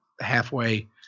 halfway